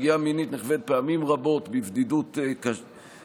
פגיעה מינית נחווית פעמים רבות בבדידות קשה,